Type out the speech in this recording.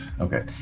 okay